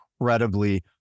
incredibly